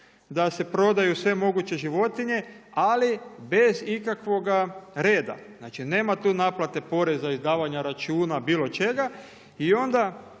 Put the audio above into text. da se prodaju svemoguće životinje ali bez ikakvoga reda, znači nema tu naplate poreza, izdavanja računa, bilo čega, i onda